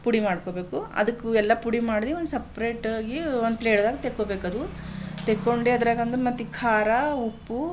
ಪುಡಿ ಮಾಡ್ಕೊಬೇಕು ಅದ್ಕೆ ಎಲ್ಲ ಪುಡಿ ಮಾಡಿ ಒಂದು ಸಪ್ರೇಟಾಗಿ ಒಂದು ಪ್ಲೇಟ್ದಾಗ ತೆಕ್ಕೊಬೇಕದು ತೆಕ್ಕೊಂಡು ಅದ್ರಾಗೊಂದು ಮತ್ತೆ ಖಾರ ಉಪ್ಪು